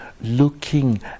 looking